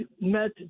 met